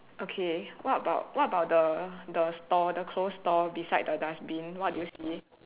okay what about what about the the store the closed store beside the dustbin what do you see